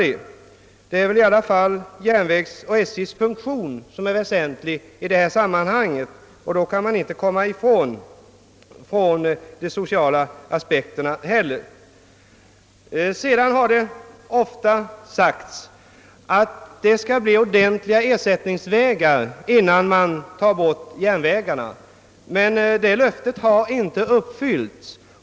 SJ:s funktion är väl i alla fall väsentlig i detta sammanhang, och då kan vi inte komma ifrån de sociala aspekterna. Det har ofta påståtts att det skall bli ordentliga ersättningsvägar innan järnvägarna tas bort, men det löftet har inte uppfyllts.